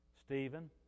Stephen